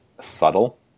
subtle